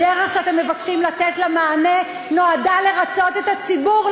הדרך שבה אתם מבקשים לתת לזה מענה נועדה לרצות את הציבור,